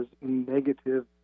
negative